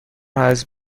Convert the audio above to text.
has